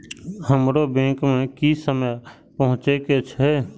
हमरो बैंक में की समय पहुँचे के छै?